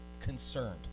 concerned